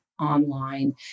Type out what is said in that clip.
online